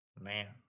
man